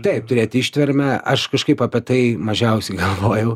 taip turėti ištvermę aš kažkaip apie tai mažiausiai galvojau